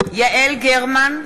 יעל גרמן,